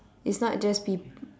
it's not just peop~